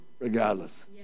regardless